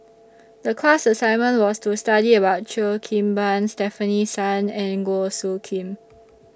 The class assignment was to study about Cheo Kim Ban Stefanie Sun and Goh Soo Khim